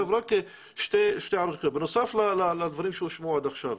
שתי הערות בנוסף לדברים שהושמעו עד עכשיו.